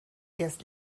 erst